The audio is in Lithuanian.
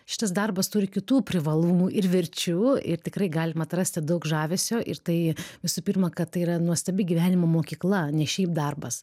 šitas darbas turi kitų privalumų ir verčių ir tikrai galima atrasti daug žavesio ir tai visų pirma kad tai yra nuostabi gyvenimo mokykla ne šiaip darbas